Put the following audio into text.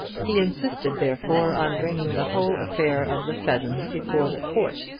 he insisted therefore on bringing the whole affair of the pheasants before the court,